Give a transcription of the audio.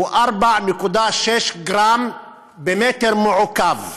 הוא 4.6 גרם במ"ק.